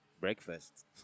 breakfast